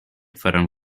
faran